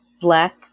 black